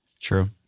True